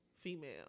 female